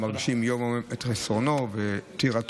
אנחנו מרגישים יום-יום את חסרונו ופטירתו.